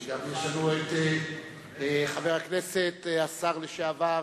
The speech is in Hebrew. וגם יש לנו חבר הכנסת השר לשעבר